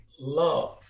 love